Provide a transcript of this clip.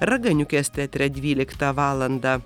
raganiukės teatre dvyliktą valandą